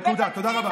תודה רבה.